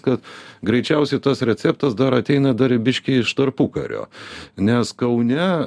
kad greičiausiai tas receptas dar ateina dar biškį iš tarpukario nes kaune